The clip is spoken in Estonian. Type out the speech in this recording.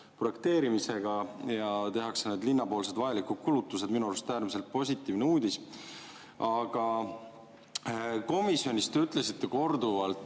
projekteerimist ja tehakse linnapoolsed vajalikud kulutused. Minu arust äärmiselt positiivne uudis. Aga komisjonis te ütlesite korduvalt,